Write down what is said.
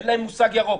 אין להם מושג ירוק.